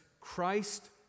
Christ